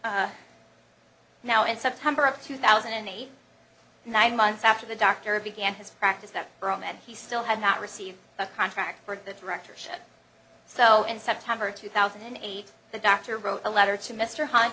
interest now in september of two thousand and eight nine months after the dr began his practice that meant he still had not received a contract for the directorship so in september two thousand and eight the doctor wrote a letter to mr h